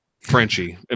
Frenchie